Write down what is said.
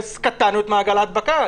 בערים שהחלטתם לעשות עליהן סגר,